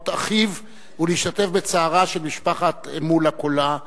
מות אחיו, ולהשתתף בצערה של משפחת מולה כולה.